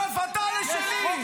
תצטרף אתה לשלי.